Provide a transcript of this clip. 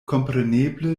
kompreneble